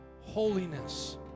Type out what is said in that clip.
holiness